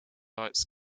lights